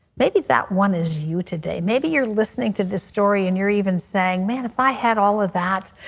maybe that one is you today. maybe you're listening to the story and you're even saying, man if i had all of that,